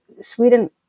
sweden